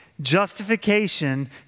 justification